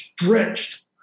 stretched